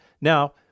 Now